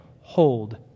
hold